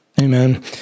Amen